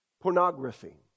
Pornography